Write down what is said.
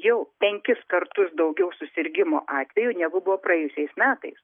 jau penkis kartus daugiau susirgimo atvejų negu buvo praėjusiais metais